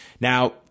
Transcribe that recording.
Now